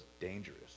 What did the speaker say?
dangerous